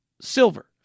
silver